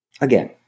Again